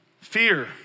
Fear